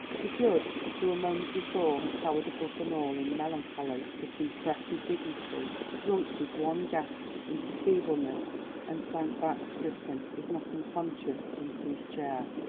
the judge, who a moment before had towered above them all in melancholy but impressive dignity, shrunk with one gasp into feebleness and sank back stricken, if not unconscious, into his chair.